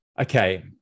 Okay